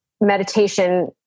meditation